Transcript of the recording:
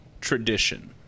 Tradition